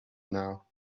now